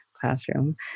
classroom